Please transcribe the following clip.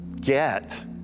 get